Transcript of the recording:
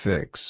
Fix